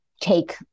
take